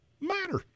matter